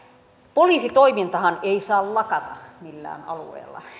poliisitoimintahan ei saa lakata millään alueella